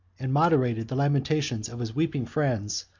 and moderated the lamentations of his weeping friends,